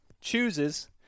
chooses